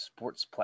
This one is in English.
Sportsplex